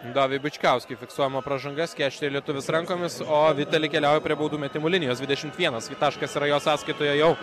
doviui bičkauskiui fiksuojama pražanga skėsčioja lietuvis rankomis o vitali keliauja prie baudų metimo linijos dvidešimt vienas taškas yra jo sąskaitoje jau